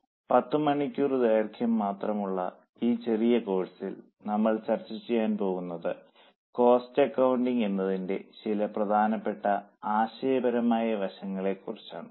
10 മണിക്കൂർ മാത്രം ദൈർഘ്യമുള്ള ഈ ചെറിയ കോഴ്സിൽ നമ്മൾ ചർച്ച ചെയ്യാൻ പോകുന്നത് കോസ്റ്റ് അക്കൌണ്ടിങ് എന്നതിന്റെ ചില പ്രധാനപ്പെട്ട ആശയപരമായ വശങ്ങളെക്കുറിച്ച് ആണ്